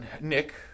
Nick